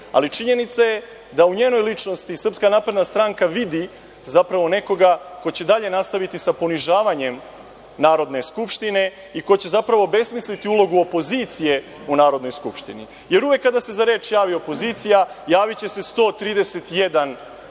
ali činjenica je da u njenoj ličnosti SNS vidi zapravo nekoga ko će dalje nastaviti sa ponižavanjem Narodne skupštine i ko će zapravo obesmisliti ulogu opozicije u Narodnoj skupštini. Uvek kada se za reč javi opozicija javiće se 131 poslanik